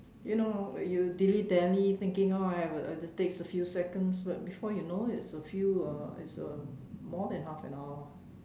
you know you dilly dally thinking oh I have a this takes a few seconds but before you know it's a few uh it's uh more than half an hour